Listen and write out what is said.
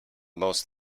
most